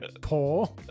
poor